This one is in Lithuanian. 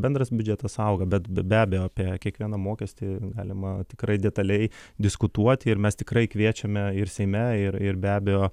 bendras biudžetas auga bet be abejo apie kiekvieną mokestį galima tikrai detaliai diskutuoti ir mes tikrai kviečiame ir seime ir ir be abejo